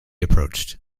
approached